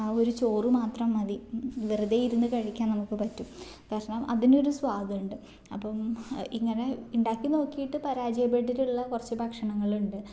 ആ ഒരു ചോറ് മാത്രം മതി വെറുതെയിരുന്ന് കഴിക്കാൻ നമുക്ക് പറ്റും കാരണം അതിനൊരു സ്വാദുണ്ട് അപ്പം ഇങ്ങനെ ഉണ്ടാക്കി നോക്കിയിട്ട് പരാജയപ്പെട്ടിട്ടുള്ള കുറച്ച് ഭക്ഷണങ്ങളുണ്ട്